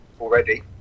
already